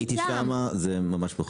הייתי שמה, זה ממש מכובד.